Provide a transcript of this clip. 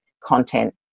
content